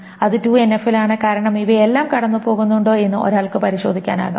അത് 2NF ലാണ് കാരണം ഇവയെല്ലാം കടന്നുപോകുന്നുണ്ടോ എന്ന് ഒരാൾക്ക് പരിശോധിക്കാനാകും